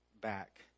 back